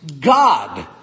God